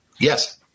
Yes